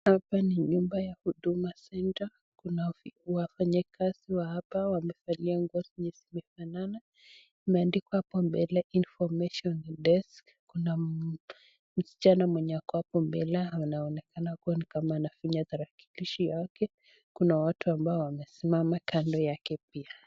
Hapa ni nyumba ya huduma centre . Kuna wafanyakazi wa hapa, wamevalia nguo zenye zimefanana. Imeandikwa hapo mbele information desk . Kuna msichana mwenye ako hapo mbele, anaonekana kuwa ni kama anafinya tarakilishi yake. Kuna watu ambao wamesimana kando yake pia.